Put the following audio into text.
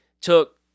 took